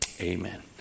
amen